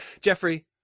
Jeffrey